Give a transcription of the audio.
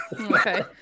okay